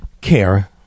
care